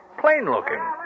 plain-looking